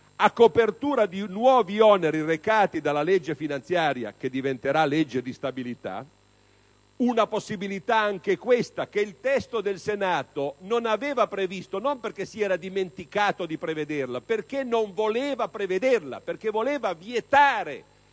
a copertura di nuovi oneri recati dalla legge finanziaria, che diventerà legge di stabilità, posso constatare che anche questa possibilità il testo del Senato non l'aveva prevista, non perché si era dimenticato di prevederla, ma perché non voleva prevederla, poiché voleva vietare